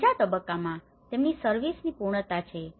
ત્રીજા તબક્કામાં તેની સર્વિસની પૂર્ણતા છે